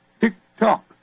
Tick-tock